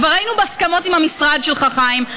כבר היינו בהסכמות עם המשרד שלך, חיים.